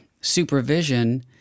supervision